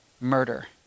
murder